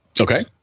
Okay